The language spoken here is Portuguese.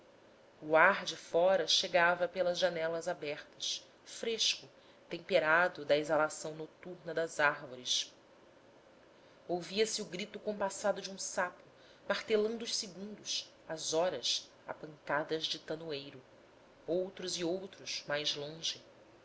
o ar de fora chegava pelas janelas abertas fresco temperado da exalação noturna das árvores ouvia-se o grito compassado de um sapo martelando os segundos as horas a pancadas de tanoeiro outros e outros mais longe